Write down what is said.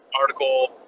article